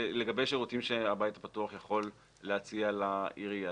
לגבי שירותים שהבית הפתוח יכול להציע לעירייה.